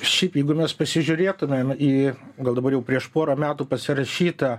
šiaip jeigu mes pasižiūrėtumėm į gal dabar jau prieš porą metų pasirašytą